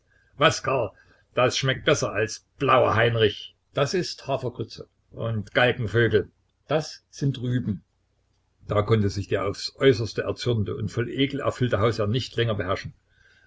was karl das schmeckt besser als blauer heinrich hafergrütze und galgenvögel rüben da konnte sich der aufs äußerste erzürnte und voll ekel erfüllte hausherr nicht länger beherrschen